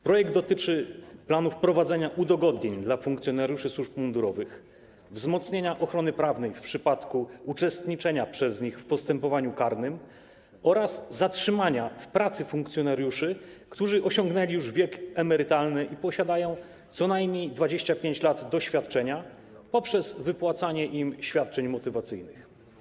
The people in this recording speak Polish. Projekt dotyczy wprowadzenia planu udogodnień dla funkcjonariuszy służb mundurowych, wzmocnienia ochrony prawnej w przypadku uczestniczenia przez nich w postępowaniu karnym oraz zatrzymania w pracy funkcjonariuszy, którzy osiągnęli już wiek emerytalny i posiadają co najmniej 25 lat doświadczenia, poprzez wypłacanie im świadczeń motywacyjnych.